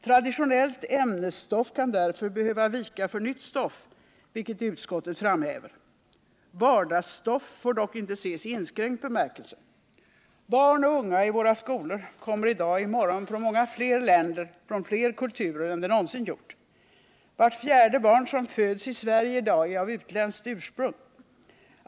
Traditionellt ämnesstoff kan därför behöva vika för nytt stoff, vilket utskottet också framhäver. Vardagsstoff får dock inte ses i inskränkt bemärkelse. Barn och unga i våra skolor kommer i dag och i morgon från många fler länder, från fler kulturer än de någonsin gjort. Vart fjärde barn som föds i Sverige i dag är av utländskt ursprung.